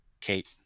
Kate